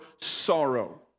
sorrow